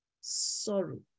Sorrow